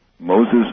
Moses